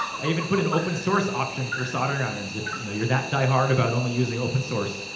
i even put an open source option for soldering irons, if you know you're that diehard about only using open source.